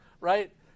right